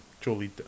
Julie